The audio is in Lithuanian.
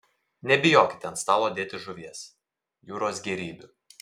nebijokite ant stalo dėti žuvies jūros gėrybių